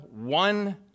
One